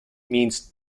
means